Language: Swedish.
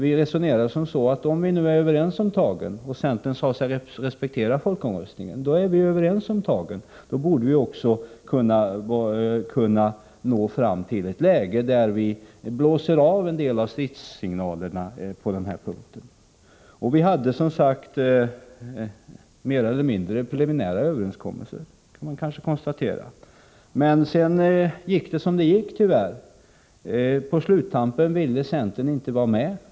Vi resonerade som så, att om vi nu är överens om tagen, och eftersom centern sade sig respektera folkomröstningen, då borde vi också kunna nå fram till ett läge där vi upphör med en del av stridssignalerna. Man kan säga att vi hade mer eller mindre preliminära överenskommelser. Sedan gick det emellertid som det gick, tyvärr. På sluttampen ville centern inte vara med.